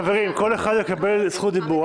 חברים, כל אחד יקבל זכות דיבור.